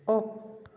off